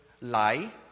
lie